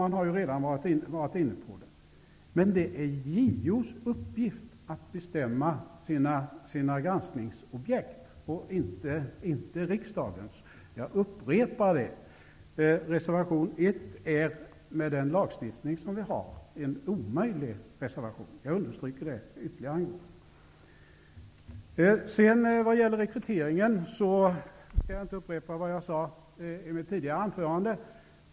Man har också redan varit inne på frågan. Det är emellertid JO:s uppgift att bestämma sina granskningsobjekt, inte riksdagens. Jag upprepar och understryker: Med den lagstiftning som vi har är reservation 1 en omöjlig reservation. När det gäller rekryteringen tänker jag inte upprepa det som jag sade i mitt tidigare anförande.